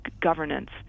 governance